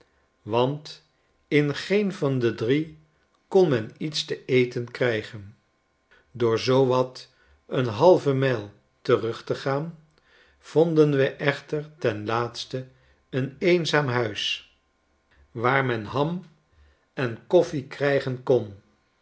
want in geen van de drie kon men iets te eten krijgen door zoo wat een halve mijl terug te gaan vonden we echter ten laatste een eenzaam huis waar men ham en koffie krijgen kon